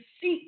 seek